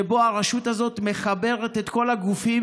שבו הרשות הזאת מחברת את כל הגופים?